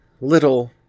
little